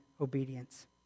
obedience